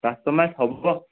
customise হ'ব